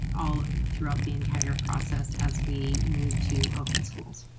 all throughout the entire process as we move to open schools.